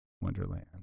wonderland